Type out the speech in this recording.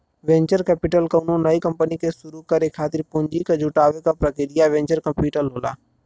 venture capital कउनो नई company के शुरू करे खातिर पूंजी क जुटावे क प्रक्रिया वेंचर कैपिटल होला